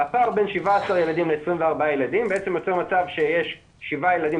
הפער בין 17 ילדים ל-24 ילדים יוצר מצב שיש 7 ילדים,